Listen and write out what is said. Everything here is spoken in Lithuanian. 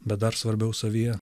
bet dar svarbiau savyje